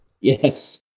Yes